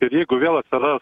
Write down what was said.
ir jeigu vėl atsiras